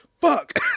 Fuck